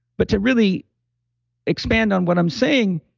but to really expand on what i'm saying,